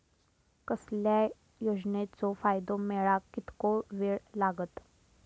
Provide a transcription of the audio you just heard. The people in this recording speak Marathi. कसल्याय योजनेचो फायदो मेळाक कितको वेळ लागत?